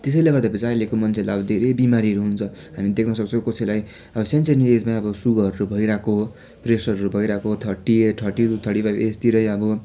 त्यसैले गर्दा फेरि चाहिँ अहिलेको मान्छेहरूलाई अब धेरै बिमारी हुन्छ हामी देख्न सक्छौँ कसैलाई अब स्यान स्यानो एजमा अब सुगरहरू भइरहेको प्रेसरहरू भइरेको थर्टी थर्टी फाइभ एजतिरै अब